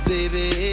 Baby